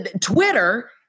Twitter